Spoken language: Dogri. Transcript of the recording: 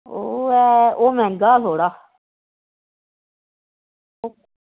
ओह् ऐ ओह् मैहंगा थोह्ड़ा